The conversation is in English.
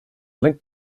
linked